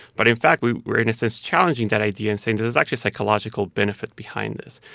but in fact, we're we're in a sense challenging that idea and saying that there's actually psychological benefit behind this,